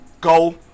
go